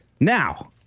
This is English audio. Now